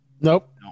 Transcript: nope